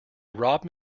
robbed